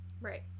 right